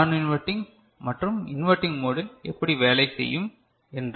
நான் இன்வெர்டிங் மற்றும் இன்வெர்டிங் மோடில் எப்படி வேலை செய்யும் என்று